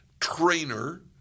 trainer